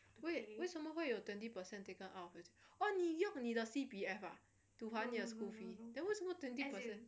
wait 为什么会有 twenty percent taken out of it oh 你用你的 C_P_F ah to 还你的 school fees then 为什么 twenty percent 我在做工的时候 like 以后再说 parts you know it's like